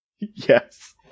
Yes